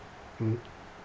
mm